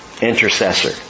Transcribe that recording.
intercessor